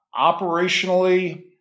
Operationally